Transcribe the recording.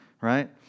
Right